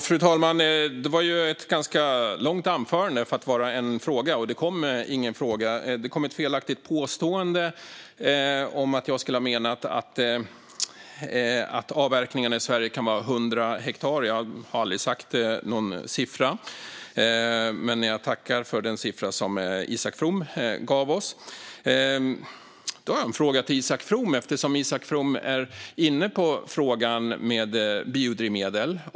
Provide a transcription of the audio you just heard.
Fru talman! Det var ett ganska långt anförande för att vara en fråga, och det kom ingen fråga. Det kom ett felaktigt påstående om att jag skulle ha menat att avverkningarna i Sverige kan vara 100 hektar. Jag har aldrig sagt någon siffra, men jag tackar för den siffra som Isak From gav oss. Isak From är inne på frågan om biodrivmedel.